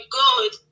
good